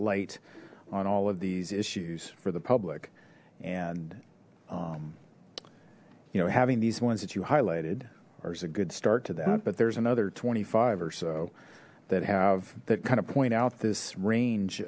light on all of these issues for the public and you know having these ones that you highlighted are is a good start to that but there's another twenty five or so that have that kind of point out this range